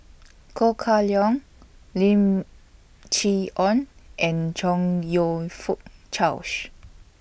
Ko Kah Leong Lim Chee Onn and Chong YOU Fook Charles